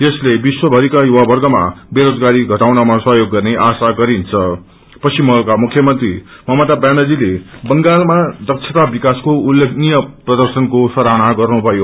यसले विश्वभरिका युवसवग्रमा बेरोजगारी घटाउनमा सहयोग गर्ने आशा गरिन्छ पश्चिम बंगालका मुख्य मंत्री ममता व्यानर्जीले बंगालको दक्षाता विकासको उल्लेखनीय प्रर्दशनको सराहना गर्नुभयो